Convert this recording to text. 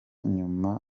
nyuma